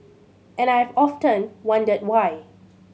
and I have often wondered why